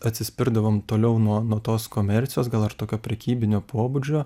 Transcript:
atsispirdavom toliau nuo nuo tos komercijos gal ir tokio prekybinio pobūdžio